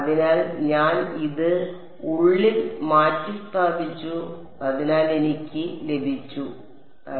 അതിനാൽ ഞാൻ ഇത് ഉള്ളിൽ മാറ്റിസ്ഥാപിച്ചു അതിനാൽ എനിക്ക് ലഭിച്ചു ഇത്